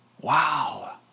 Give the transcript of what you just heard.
Wow